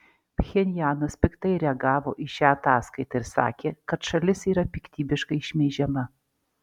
pchenjanas piktai reagavo į šią ataskaitą ir sakė kad šalis yra piktybiškai šmeižiama